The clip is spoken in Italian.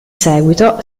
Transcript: seguito